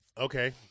Okay